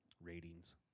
ratings